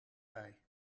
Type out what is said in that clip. bij